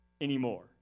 anymore